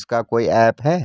इसका कोई ऐप है